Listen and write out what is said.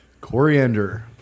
coriander